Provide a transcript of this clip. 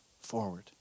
forward